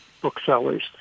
booksellers